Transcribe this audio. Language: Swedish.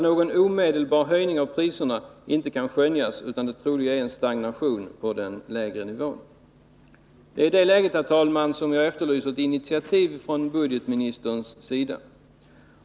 Någon omedelbar förbättring av fastighetspriserna kan inte skönjas, utan en allmän stagnation på denna lägre nivå synes vara mest trolig.” Det är i det läget, herr talman, som jag efterlyser ett initiativ från budgetministerns sida.